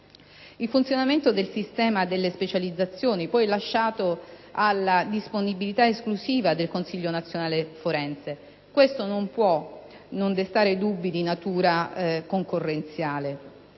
Il funzionamento del sistema delle specializzazioni, poi, è lasciato alla disponibilità esclusiva del Consiglio nazionale forense. Questo non può non destare dubbi di natura concorrenziale.